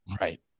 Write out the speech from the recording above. Right